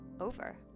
over